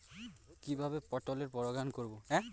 কিভাবে পটলের পরাগায়ন করব?